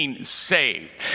saved